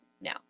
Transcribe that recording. Now